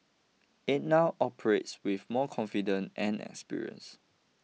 it now operates with more confident and experience